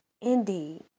indeed